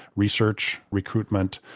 research, recruitment,